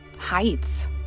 Heights